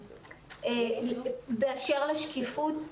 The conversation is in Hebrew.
באשר לשקיפות,